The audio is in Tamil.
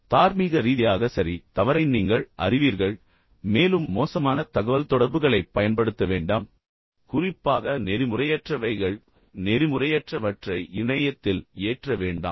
எனவே தார்மீக ரீதியாக எது சரி அல்லது தார்மீக ரீதியாக எது கெட்டது என்பதை நீங்கள் எப்போதும் அறிவீர்கள் மேலும் மோசமான தகவல்தொடர்புகளைப் பயன்படுத்த வேண்டாம் குறிப்பாக நெறிமுறையற்றவைகள் நெறிமுறையற்றவற்றை இணையத்தில் ஏற்ற வேண்டாம்